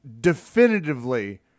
definitively